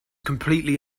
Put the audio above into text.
completely